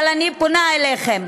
אבל אני פונה אליכם,